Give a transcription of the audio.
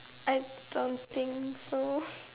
I don't think so